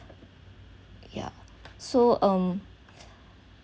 yup so um